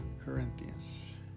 Corinthians